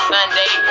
Sunday